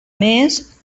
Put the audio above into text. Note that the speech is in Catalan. més